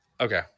Okay